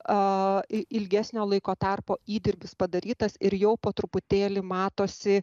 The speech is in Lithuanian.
ilgesnio laiko tarpo įdirbis padarytas ir jau po truputėlį matosi